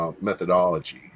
Methodology